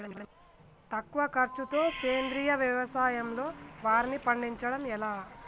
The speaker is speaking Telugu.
తక్కువ ఖర్చుతో సేంద్రీయ వ్యవసాయంలో వారిని పండించడం ఎలా?